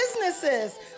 businesses